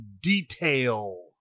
detail